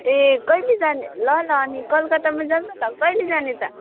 ए कहिले जाने ल ल अनि कलकत्तामा जाऔँ न त कहिले जाने त